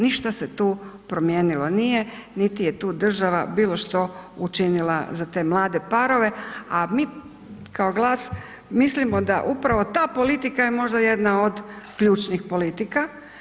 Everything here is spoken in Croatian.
Ništa se tu promijenilo nije, niti je tu država bilo što učinila za te mlade parove, a mi kao GLAS mislimo da upravo ta politika je možda jedna od ključnih politika.